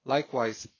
Likewise